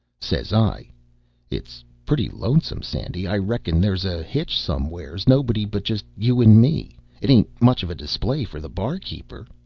says i it's pretty lonesome, sandy i reckon there's a hitch somewheres. nobody but just you and me it ain't much of a display for the barkeeper.